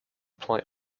play